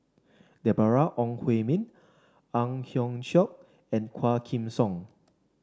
Deborah Ong Hui Min Ang Hiong Chiok and Quah Kim Song